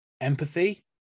empathy